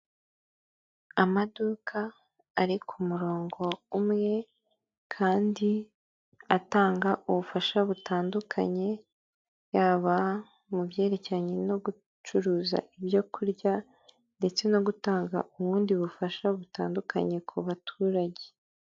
Amaduka ari ku murongo umwe kandi atanga ubufasha butandukanye, yaba mu byerekeranye no gucuruza ibyo kurya ndetse no gutanga ubundi bufasha butandukanye ku baturage.